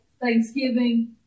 Thanksgiving